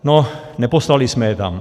No, neposlali jsme je tam.